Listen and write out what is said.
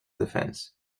defense